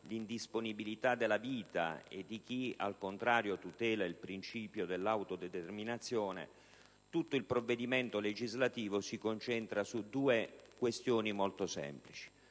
l'indisponibilità della vita e chi, al contrario, tutela il principio dell'autodeterminazione, tutto il provvedimento legislativo si concentra su due questioni molto semplici: